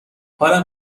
حالم